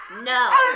No